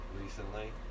recently